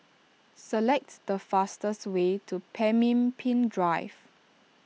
select the fastest way to Pemimpin Drive